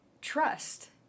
trust